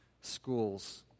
schools